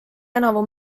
tänavu